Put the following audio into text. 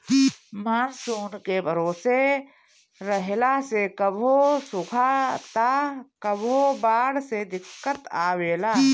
monsoon के भरोसे रहला से कभो सुखा त कभो बाढ़ से दिक्कत आवेला